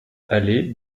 allée